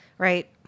Right